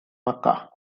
mecca